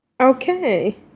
Okay